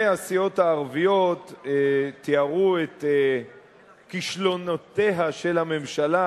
והסיעות הערביות תיארו את כישלונותיה של הממשלה